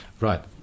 Right